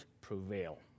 prevail